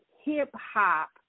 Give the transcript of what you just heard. hip-hop